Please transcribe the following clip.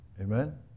Amen